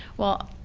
well,